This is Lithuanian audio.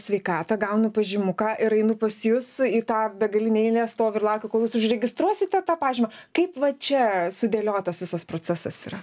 sveikatą gaunu pažymuką ir einu pas jus į tą begalinę eilę stoviu ir laukiu kol jūs užregistruosite tą pažymą kaip va čia sudėliotas visas procesas yra